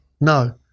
No